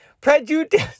Prejudice